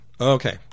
Okay